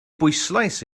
bwyslais